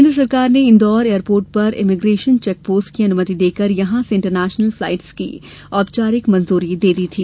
केंद्र सरकार ने इंदौर एयरपोर्ट पर इमीग्रेशन चेक पोस्ट की अनुमति देकर यहां से इंटरनेशनल फ्लाइट की औपचारिक मंजूरी दे दी थी